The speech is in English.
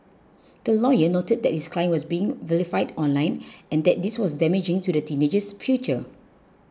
the lawyer noted that his client was being vilified online and that this was damaging to the teenager's future